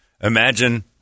Imagine